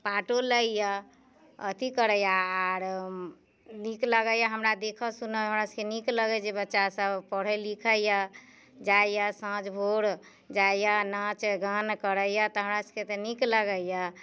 पार्टो लैए अथी करैए आओर नीक लगैए हमरा देखय सुनयमे हमरासभके नीक लगैए जे बच्चासभ पढ़ै लिखैए जाइए साँझ भोर जाइए नाच गान करैए तऽ हमरासभके तऽ नीक लागैए